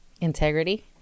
Integrity